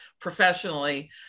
professionally